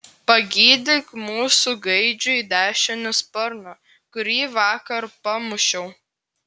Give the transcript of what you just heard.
pagydyk mūsų gaidžiui dešinį sparną kurį vakar pamušiau